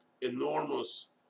enormous